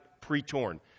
pre-torn